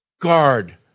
guard